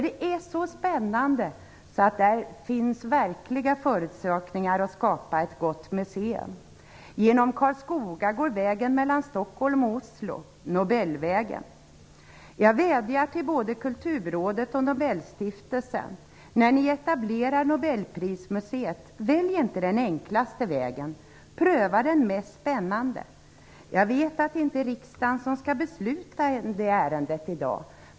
Det är så spännande, så där finns verkliga förutsättningar för att skapa ett gott museum. Jag vädjar till både Kulturrådet och Nobelstiftelsen att ni, när ni etablerar Nobelprismuseet, inte väljer den enklaste vägen. Pröva den mest spännande! Jag vet att det inte är riksdagen som skall besluta om detta ärende i dag.